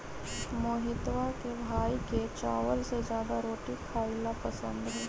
मोहितवा के भाई के चावल से ज्यादा रोटी खाई ला पसंद हई